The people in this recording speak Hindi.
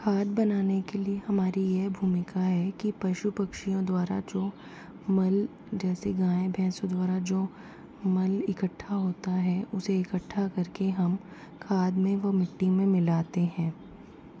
खाद बनाने के लिए हमारी यह भूमिका है कि पशु पक्षियों द्वारा जो मल जैसे गाय भैंसों द्वारा जो मल इकट्ठा होता है उसे इकट्ठा करके हम खाद में वह मिट्टी में मिलाते हैं